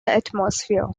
atmosphere